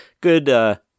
good